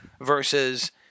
versus